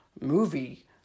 movie